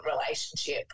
relationship